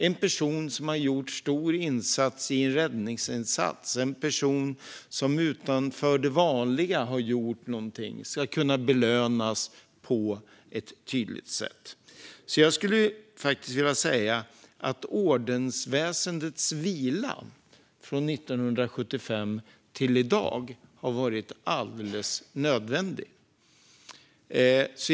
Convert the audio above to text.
En person som till exempel har gjort en stor insats i en räddningsinsats, en person som har gjort någonting utöver det vanliga, ska kunna belönas på ett tydligt sätt. Jag skulle faktiskt vilja säga att ordensväsendets vila från 1975 till i dag har varit alldeles nödvändig.